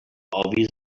اویز